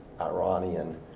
Iranian